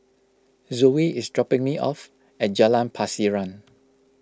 Zoe is dropping me off at Jalan Pasiran